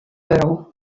euro